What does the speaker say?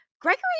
Gregory